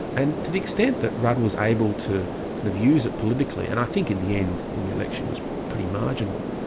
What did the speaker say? and to the extent that rudd was able to kind of use it politically, and i think in the end in the election it was pretty marginal,